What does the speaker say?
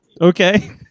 Okay